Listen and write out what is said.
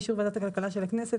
באישור ועדת הכלכלה של הכנסת,